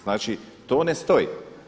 Znači to ne stoji.